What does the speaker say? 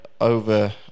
over